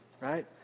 right